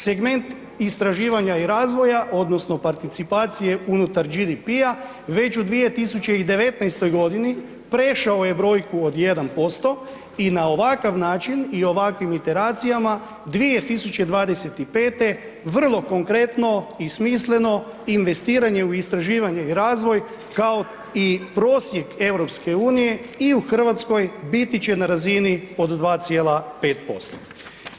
Segment istraživanja i razvoja odnosno participacije unutar GDP-a već u 2019. g. prešao je brojku od 1% i na ovakav način i ovakvim interacijama, 2025. vrlo konkretno i smisleno, investiranje u istraživanje i razvoj, kao i prosjek EU i u Hrvatskoj biti će na razini od 2,5%